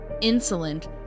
insolent